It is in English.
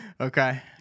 Okay